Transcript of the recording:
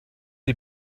die